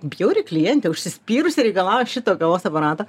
bjauri klientė užsispyrusiai reikalauja šito kavos aparato